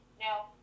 Now